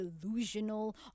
delusional